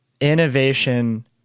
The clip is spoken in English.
Innovation